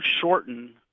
shorten